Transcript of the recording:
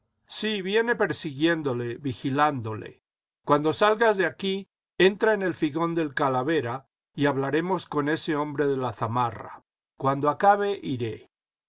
vsí viene persiguiéndole vigilándole cuando salgas de aquí entra en el figón del calavera y hablaremos con ese hombre de la zamarra cuando acabe iré